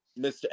Mr